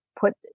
put